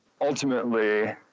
Ultimately